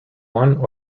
one